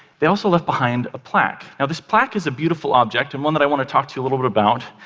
they also left behind a plaque. this plaque is a beautiful object, and one that i want to talk to you a little bit about.